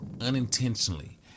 unintentionally